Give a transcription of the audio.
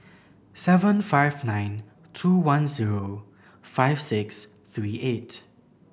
seven five nine two one zero five six three eight